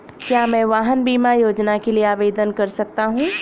क्या मैं वाहन बीमा योजना के लिए आवेदन कर सकता हूँ?